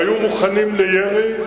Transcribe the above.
והיו מוכנים לירי.